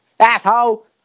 Asshole